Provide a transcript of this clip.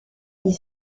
ils